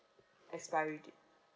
expiry date